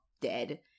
dead